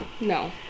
No